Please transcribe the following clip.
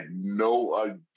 no